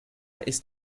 ist